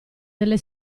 delle